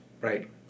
right